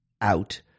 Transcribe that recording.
out